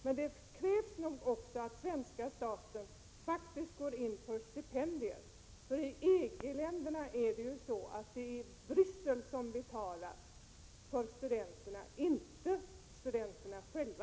Men det krävs nog faktiskt också att svenska staten går in för stipendier, för i EG-länderna är det Bryssel som betalar för studenterna, inte studenterna själva.